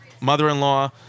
mother-in-law